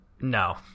no